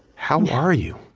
how are you?